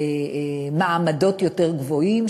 למעמדות יותר גבוהים.